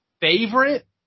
Favorite